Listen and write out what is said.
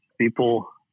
people